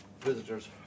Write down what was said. visitors